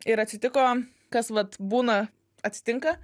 ir atsitiko kas vat būna atsitinka